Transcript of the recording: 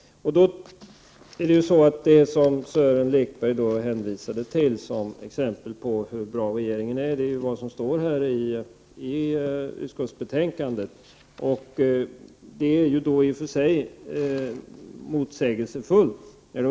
Det Sören Lekberg hänvisade till, som exempel på hur bra regeringen är, och som står skrivet i utskottsbetänkandet, är ju i och för sig motsägelsefullt.